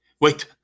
wait